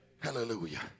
Hallelujah